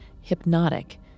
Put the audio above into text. hypnotic